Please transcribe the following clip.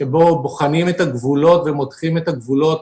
כאשר בוחנים את הגבולות ומותחים את הגבולות